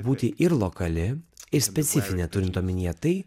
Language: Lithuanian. būti ir lokali ir specifinė turint omenyje tai